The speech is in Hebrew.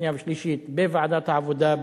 שנייה ושלישית בוועדת העבודה,